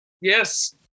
Yes